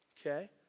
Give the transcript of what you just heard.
okay